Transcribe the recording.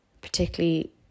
Particularly